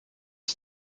ist